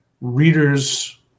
readers